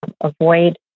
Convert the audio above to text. avoid